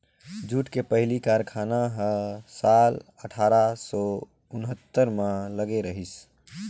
jute के पहिली कारखाना ह साल अठारा सौ उन्हत्तर म लगे रहिस